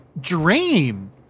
dream